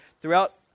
throughout